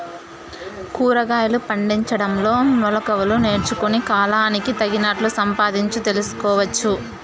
కూరగాయలు పండించడంలో మెళకువలు నేర్చుకుని, కాలానికి తగినట్లు సంపాదించు తెలుసుకోవచ్చు